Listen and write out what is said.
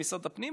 למשרד הפנים,